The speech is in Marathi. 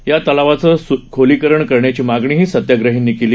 या तलावाचे खोलीकरण करण्याची मागणीही सत्याग्रहींनी केली